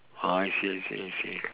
oh I see I see I see